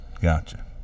Gotcha